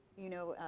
you know,